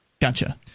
Gotcha